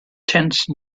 tense